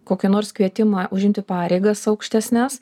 kokį nors kvietimą užimti pareigas aukštesnes